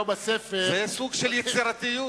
זה סוג של יצירתיות,